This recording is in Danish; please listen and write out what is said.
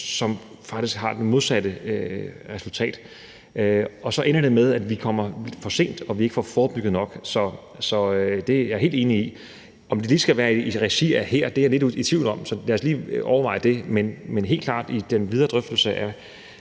som faktisk giver det modsatte resultat. Og så ender det med, at vi kommer for sent og ikke får forebygget nok. Så det er jeg helt enig i. Om det lige skal være i regi af det her, er jeg lidt i tvivl om, så lad os lige overveje det. Men i den videre drøftelse af,